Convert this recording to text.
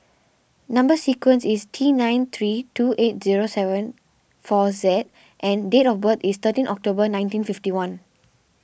Number Sequence is T nine three two eight zero seven four Z and date of birth is thirteen October nineteen fifty one